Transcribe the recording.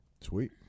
Sweet